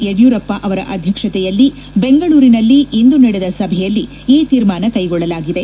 ಯಡಿಯೂರಪ್ಪ ಅವರ ಅಧ್ಯಕ್ಷತೆಯಲ್ಲಿ ಬೆಂಗಳೂರಿನಲ್ಲಿ ನಡೆದ ಸಭೆಯಲ್ಲಿ ಈ ಶೀರ್ಮಾನ ಕೈಗೊಳ್ಳಲಾಗಿದೆ